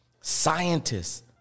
scientists